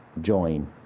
Join